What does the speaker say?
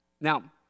Now